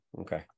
okay